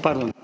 ANTON